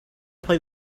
play